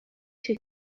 się